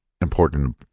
important